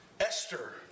Esther